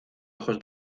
ojos